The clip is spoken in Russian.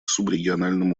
субрегиональном